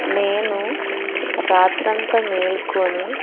నేను రాత్రి అంతా మేలుకొని